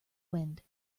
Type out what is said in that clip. wind